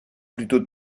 plutôt